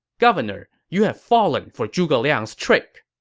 governor, you have fallen for zhuge liang's trick!